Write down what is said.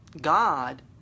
God